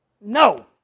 No